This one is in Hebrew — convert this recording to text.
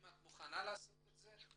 האם את מוכנה לעשות את זה?